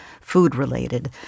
food-related